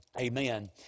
amen